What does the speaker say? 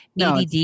ADD